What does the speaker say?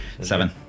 Seven